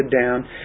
down